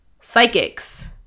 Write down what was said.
psychics